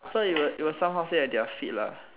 so it would it would somehow say that they are fit lah